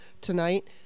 tonight